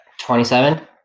27